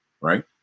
right